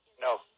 No